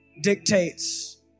dictates